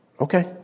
okay